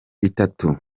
bitatu